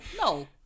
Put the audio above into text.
No